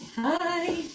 Hi